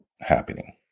happening